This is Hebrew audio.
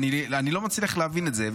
אני לא מצליח להבין את זה.